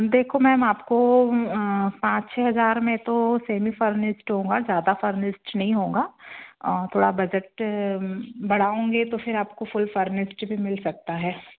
देखो मैम आपको पाँच छः हज़ार में तो सेमी फर्नेस्ट होगा ज़्यादा फर्नेस्ट तो नहीं होगा और थोड़ा बजट बढ़ाऊँगी तो फिर आपको फुल फर्नेस्ट भी मिल सकता है